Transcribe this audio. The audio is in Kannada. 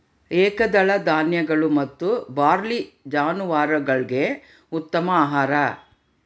ಏಕದಳ ಧಾನ್ಯಗಳು ಮತ್ತು ಬಾರ್ಲಿ ಜಾನುವಾರುಗುಳ್ಗೆ ಉತ್ತಮ ಆಹಾರ